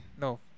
No